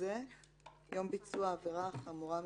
זה יום ביצוע העבירה החמורה מביניהן".